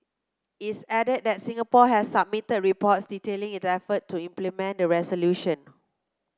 it added that Singapore had submitted reports detailing its efforts to implement the resolution